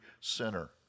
sinner